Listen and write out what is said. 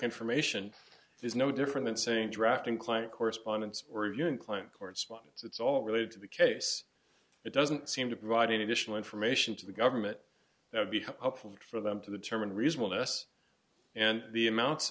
information is no different than saying drafting client correspondence or reviewing client correspondence it's all related to the case it doesn't seem to provide any additional information to the government that would be hopeful for them to determine reasonable s and the amount